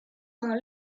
dans